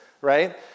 right